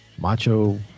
macho